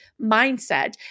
mindset